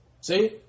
See